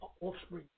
offspring